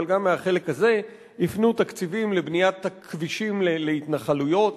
אבל גם מהחלק הזה הפנו תקציבים לבניית הכבישים להתנחלויות